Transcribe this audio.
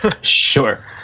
Sure